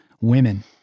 Women